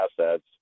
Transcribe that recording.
assets